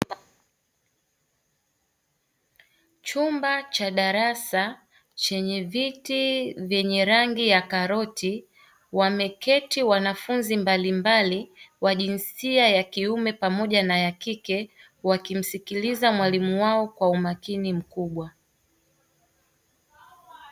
Chumba cha darasa chenye viti vyenye rangi ya karoti, wameketi wanafunzi mbalimbali wa jinsia ya kiume pamoja na ya kike wakimsikiliza mwalimu wao kwa umakini mkubwa.